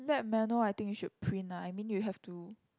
lab manual I think you should print lah I mean you have to